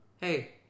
Hey